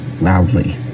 loudly